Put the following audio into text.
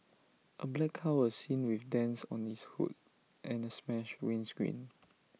A black car was seen with dents on its hood and A smashed windscreen